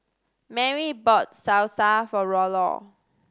Merri bought Salsa for Rollo